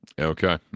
okay